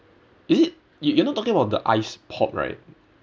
is it you you're not talking about the ice pop right